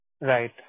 Right